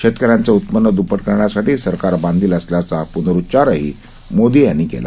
शेतकऱ्यांचं उत्पन्न द्प्पट करण्यासाठी सरकार बांधिल असल्याचा प्नरुच्चारही मोदी यांनी केला